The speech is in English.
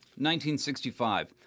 1965